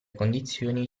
condizioni